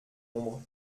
ombre